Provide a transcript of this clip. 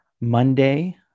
Monday